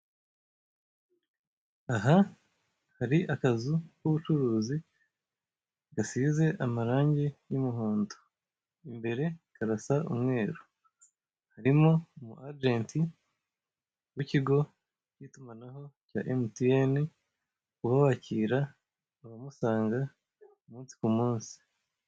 Aha hari akazu k'ubucuruzi gasize amarange y'umuhondo, imbere karasa umweru harimo umwajenti w'ikigo cy'itumanaho cya MTN uba wakira abamusanga umunsi ku munsi.